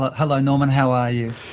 hello norman, how are you?